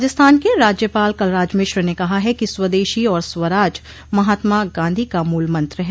राजस्थान के राज्यपाल कलराज मिश्र ने कहा कि स्वदेशी और स्वराज महात्मा गांधी का मूल मंत्र है